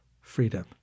freedom